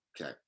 Okay